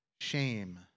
shame